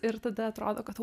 ir tada atrodo kad